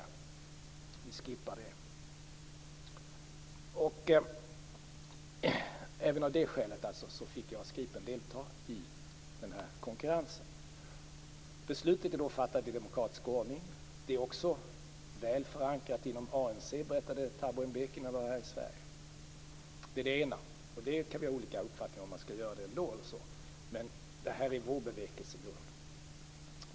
Vi skippar det. Även av detta skäl fick alltså JAS Gripen delta i konkurrensen. Beslutet är fattat i demokratisk ordning. Det är också väl förankrat inom ANC, berättade Thabo Mbeke när han var här i Sverige. Det är det ena, och vi kan ha olika uppfattningar om ifall man skall göra detta ändå, men det här är vår bevekelsegrund.